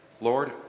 Lord